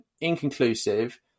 inconclusive